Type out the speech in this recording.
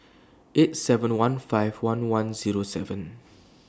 eight seven one five one one Zero seven